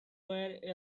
were